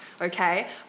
okay